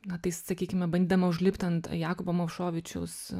na tai sakykime bandydama užlipt ant jakubo movšovičiaus